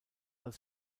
als